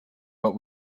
but